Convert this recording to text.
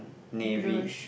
navy